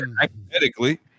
hypothetically